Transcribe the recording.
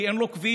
כי אין לו כביש,